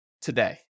today